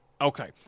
Okay